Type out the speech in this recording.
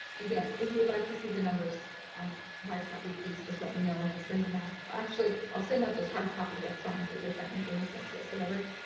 again, if you would like to see the numbers on hard copy, please just let me know. and we'll send them out. actually, i'll send out those hard copy electronically. does that make any sense whatsoever?